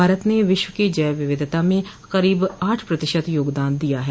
भारत ने विश्व की जैव विविधता में करीब आठ प्रतिशत योगदान दिया है